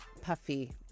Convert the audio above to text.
puffy